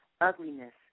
Ugliness